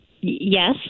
yes